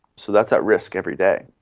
so that's at risk every day.